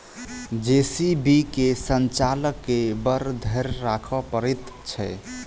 JCB के संचालक के बड़ धैर्य राखय पड़ैत छै